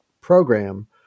program